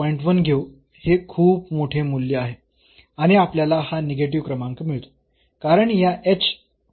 1 घेऊ हे खूप मोठे मूल्य आहे आणि आपल्याला हा निगेटिव्ह क्रमांक मिळतो कारण या h 0